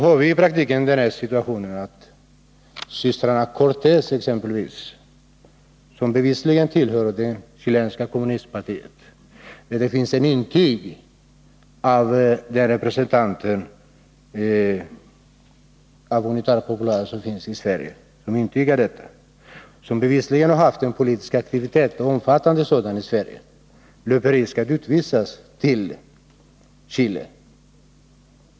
I praktiken är situationen den att exempelvis systrarna Cortez, som bevisligen tillhör det chilenska kommunistpartiet — representanten för Unidad Populara som finns i Sverige intygar detta — och som bevisligen bedrivit en omfattande politisk aktivitet i Sverige löper risken att bli utvisade till Chile.